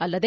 ಅಲ್ಲದೆ